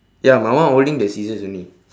ya my one holding the scissors only